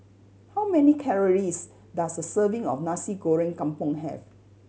how many calories does a serving of Nasi Goreng Kampung have